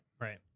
Right